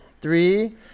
three